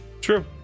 True